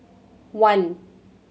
one